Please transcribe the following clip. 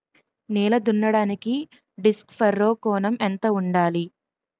నేల దున్నడానికి disc furrow కోణం ఎంత ఉండాలి?